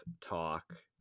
talk